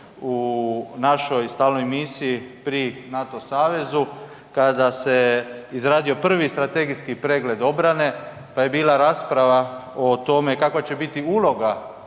u našoj stalnoj misiji pri NATO savezu kada se je izradio prvi strategijski pregled obrane, pa je bila rasprava o tome kakva će biti uloga,